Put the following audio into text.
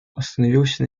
остановился